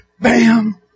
bam